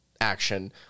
action